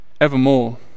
evermore